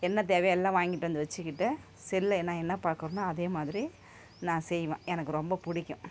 என்ன தேவையோ எல்லாம் வாங்கிகிட்டு வந்து வச்சுக்கிட்டு செல்லில் என்ன என்ன பார்க்குறன்னோ அதே மாதிரி நான் செய்வேன் எனக்கு ரொம்ப பிடிக்கும்